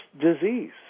disease